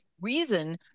reason